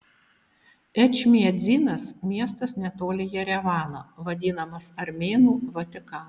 ečmiadzinas miestas netoli jerevano vadinamas armėnų vatikanu